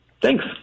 Thanks